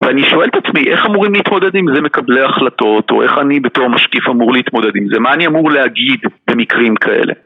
ואני שואל את עצמי, איך אמורים להתמודד עם זה מקבלי החלטות, או איך אני בתור משקיף אמור להתמודד עם זה? מה אני אמור להגיד במקרים כאלה?